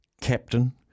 Captain